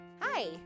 Hi